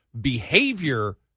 behavior